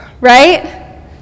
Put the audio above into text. right